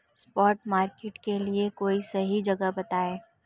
spot market के लिए कोई सही जगह बताएं